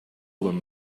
them